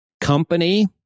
company